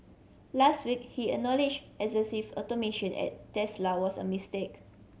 last week he acknowledged excessive automation at Tesla was a mistake